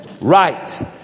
right